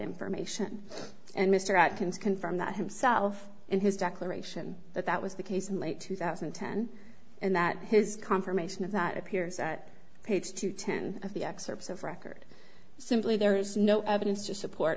information and mr atkins confirmed that himself and his declaration that that was the case in late two thousand and ten and that his confirmation of that appears at page two ten of the excerpts of record simply there is no evidence to support